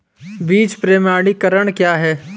बीज प्रमाणीकरण क्या है?